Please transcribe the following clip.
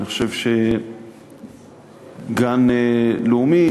אני חושב שגן לאומי,